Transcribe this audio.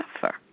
suffer